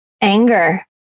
anger